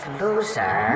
loser